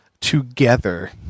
together